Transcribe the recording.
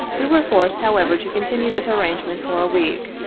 we were forced, however, to continue this arrangement for a week,